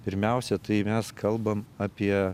pirmiausia tai mes kalbam apie